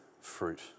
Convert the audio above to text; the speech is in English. fruit